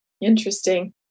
Interesting